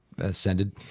ascended